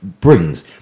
brings